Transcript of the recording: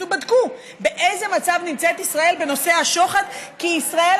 בדקו באיזה מצב נמצאת ישראל בנושא השוחד כי ישראל,